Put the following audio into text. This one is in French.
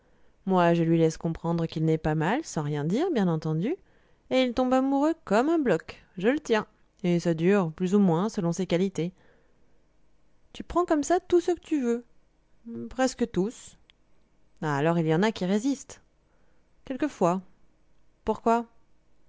moi je lui laisse comprendre qu'il n'est pas mal sans rien dire bien entendu et il tombe amoureux comme un bloc je le tiens et ça dure plus ou moins selon ses qualités tu prends comme ça tous ceux que tu veux presque tous alors il y en a qui résistent quelquefois pourquoi